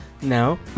no